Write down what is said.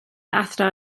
athro